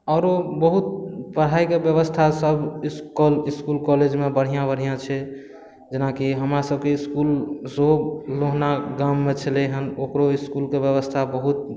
आओरो बहुत पढ़ाइ के ब्यबस्था सभ इसकुल कॉलेज मे बढ़िऑं बढ़िऑं छै जेनाकि हमरा सभके इसकुल सेहो लोहना गाम मे छलै हँ ओकरो इसकुलके ब्यबस्था बहुत